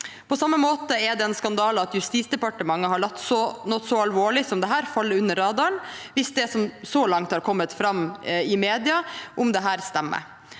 På samme måte er det en skandale at Justisdepartementet har latt noe så alvorlig som dette falle under radaren, hvis det som så langt har kommet fram i mediene om dette, stemmer.